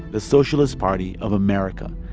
the socialist party of america,